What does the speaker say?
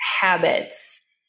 habits